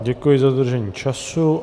Děkuji za dodržení času.